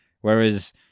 Whereas